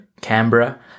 Canberra